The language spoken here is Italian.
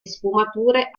sfumature